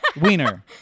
Wiener